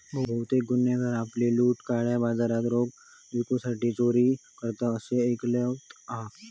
बहुतेक गुन्हेगार आपली लूट काळ्या बाजारात रोख विकूसाठी चोरी करतत, असा ऐकिवात हा